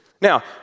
Now